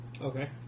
Okay